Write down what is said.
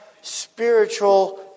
spiritual